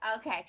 Okay